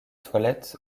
toilette